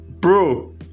bro